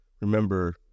remember